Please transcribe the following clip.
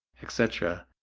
etc,